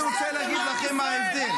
שמעתם מה אמרתם?